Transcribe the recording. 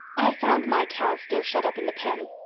i found my cow still shut up in the pen.